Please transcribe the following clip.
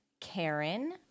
karen